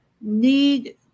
need